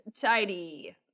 tidy